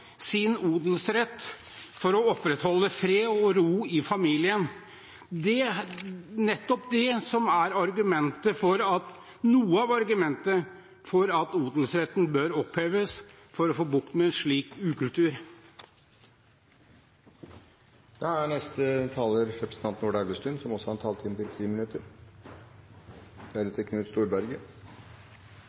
sin odelsrett for å opprettholde fred og ro i familien. Det er nettopp det som er noe av argumentet for at odelsretten bør oppheves, for å få bukt med en slik ukultur. Jeg skal prøve å være kort. Jeg er enig med representanten Lundteigen i en helt grunnleggende ting, som han sa til